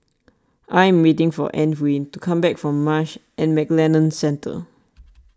I am waiting for Antwain to come back from Marsh and McLennan Centre